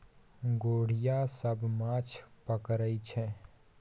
गोढ़िया सब माछ पकरई छै